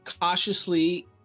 cautiously